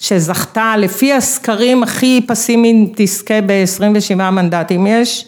שזכתה, לפי הסקרים הכי פסימיים תזכה ב-27 מנדטים. יש